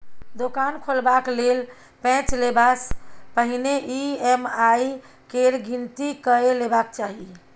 दोकान खोलबाक लेल पैंच लेबासँ पहिने ई.एम.आई केर गिनती कए लेबाक चाही